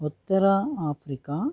Uttara Africa